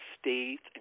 states